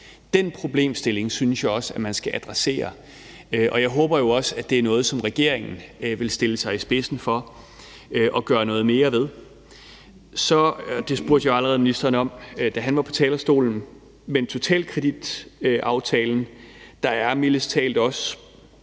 Den problemstilling synes jeg også man skal adressere. Jeg håber også, at det er noget, som regeringen vil stille sig i spidsen for at gøre noget mere ved. Jeg stillede også dette spørgsmål til ministeren, allerede da han var på talerstolen, med hensyn til Totalkreditaftalen, hvor der mildest talt også